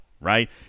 right